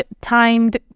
timed